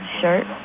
shirt